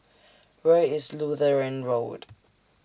Where IS Lutheran Road